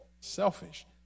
selfish